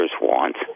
want